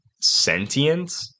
sentient